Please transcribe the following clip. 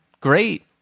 great